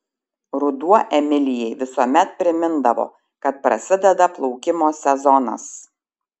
ruduo emilijai visuomet primindavo kad prasideda plaukimo sezonas